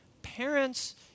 Parents